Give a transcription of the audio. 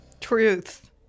Truth